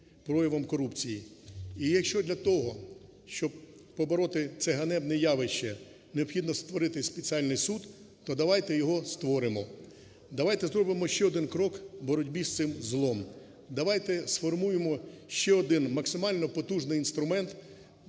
проявам корупції. І, якщо для того, щоб побороти це ганебне явище необхідно створити спеціальний суд, то давайте його створимо. Давайте зробимо ще один крок у боротьбі з цим злом. Давайте сформуємо ще один максимально потужний інструмент